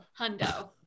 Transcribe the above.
Hundo